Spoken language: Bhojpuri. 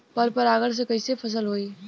पर परागण से कईसे फसल होई?